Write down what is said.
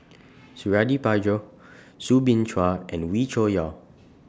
Suradi Parjo Soo Bin Chua and Wee Cho Yaw